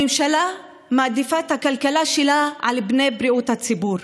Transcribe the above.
הממשלה מעדיפה את הכלכלה שלה על פני בריאות הציבור.